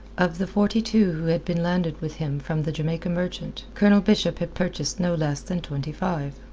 of the forty-two who had been landed with him from the jamaica merchant, colonel bishop had purchased no less than twenty-five.